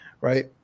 right